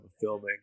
filming